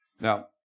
Now